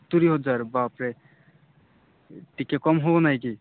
ସତୁରି ହଜାର ବାପରେ ଟିକେ କମ୍ ହବ ନାଇଁ କି